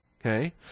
Okay